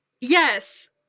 yes